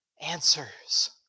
answers